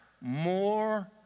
more